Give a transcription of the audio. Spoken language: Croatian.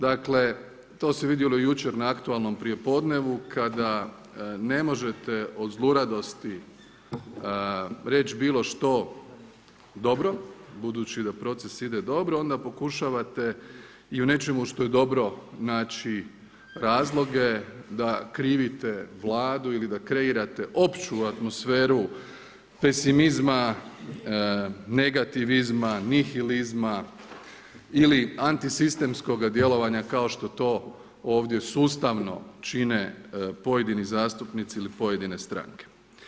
Dakle to se vidjelo jučer na aktualnom prijepodnevu kada ne možete od zluradosti reći bilo što dobro budući da proces ide dobro, onda pokušavate i u nečemu što je dobro naći razloge da krivite Vladu ili da kreirate opću atmosferu pesimizma, negativizma, nihilizma ili antisistemskoga djelovanja kao što to ovdje sustavno čine pojedini zastupnici ili pojedine stranke.